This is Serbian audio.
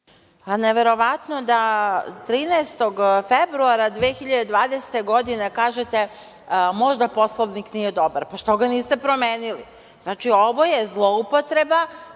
Neverovatno da 13. februara 2020. godine kažete - možda Poslovnik nije dobar. Pa, što ga niste promenili? Znači, ovo je zloupotreba